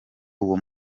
uwo